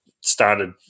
started